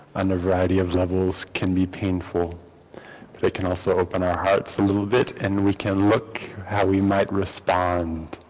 and a variety of levels can be painful but they can also open our hearts a little bit and we can look how we might respond